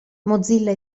mozilla